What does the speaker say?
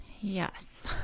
Yes